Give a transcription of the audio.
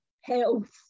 health